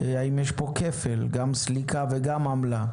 האם יש פה כפל של סליקה ועמלה?